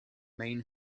main